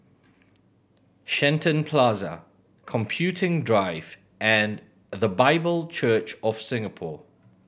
Shenton Plaza Computing Drive and The Bible Church of Singapore